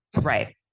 right